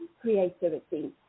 creativity